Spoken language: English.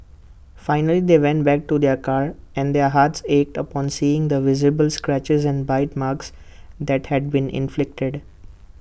finally they went back to their car and their hearts ached upon seeing the visible scratches and bite marks that had been inflicted